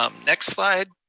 um next slide.